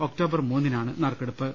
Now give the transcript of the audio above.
October മൂന്നിനാണ് നറുക്കെടുപ്പ്